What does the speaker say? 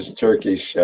turkish,